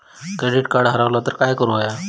Credit card हरवला तर काय करुक होया?